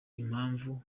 impamvu